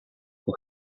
who